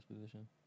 position